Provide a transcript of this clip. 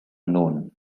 known